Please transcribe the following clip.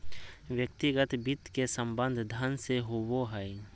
व्यक्तिगत वित्त के संबंध धन से होबो हइ